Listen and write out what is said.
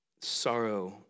sorrow